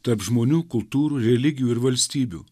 tarp žmonių kultūrų religijų ir valstybių